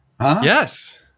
Yes